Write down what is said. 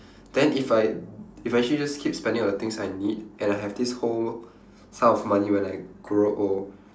then if I if I actually just keep spending on the things I need and I have this whole sum of money when I grow old